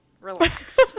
relax